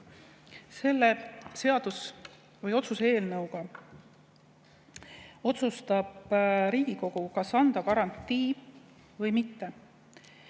Selle otsuse eelnõuga otsustab Riigikogu, kas anda garantii või mitte.